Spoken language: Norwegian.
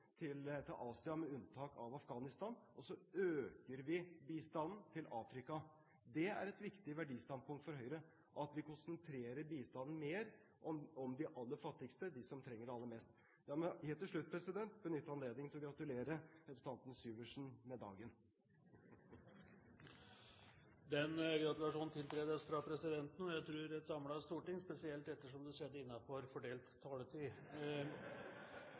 bistanden til Asia, med unntak av Afghanistan. Så øker vi bistanden til Afrika. Det er et viktig verdistandpunkt for Høyre at vi konsentrerer bistanden mer om de aller fattigste, om dem som trenger den aller mest. La meg helt til slutt benytte anledningen til å gratulere representanten Syversen med dagen. Den gratulasjonen tiltres av presidenten, og jeg tror av et samlet storting, spesielt ettersom det skjedde innenfor fordelt taletid.